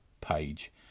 page